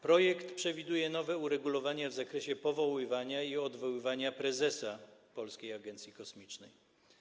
Projekt przewiduje nowe uregulowania w zakresie powoływania i odwoływania prezesa Polskiej Agencji Kosmicznej.